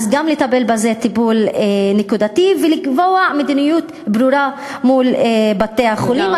אז גם לטפל בזה טיפול נקודתי ולקבוע מדיניות ברורה מול בתי-החולים.